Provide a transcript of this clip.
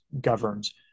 governs